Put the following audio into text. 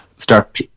Start